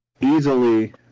easily